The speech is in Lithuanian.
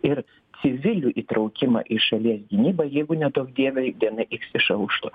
ir civilių įtraukimą į šalies gynybą jeigu neduok dieve diena iks išauštų